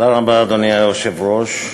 אדוני היושב-ראש,